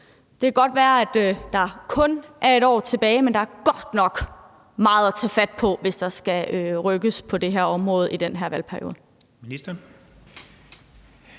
Det kan godt være, at der kun er et år tilbage, men der er godt nok meget at tage fat på, hvis der skal rykkes på det her område i den her valgperiode.